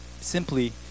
simply